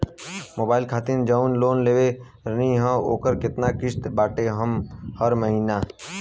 Mobile खातिर जाऊन loan लेले रहनी ह ओकर केतना किश्त बाटे हर महिना?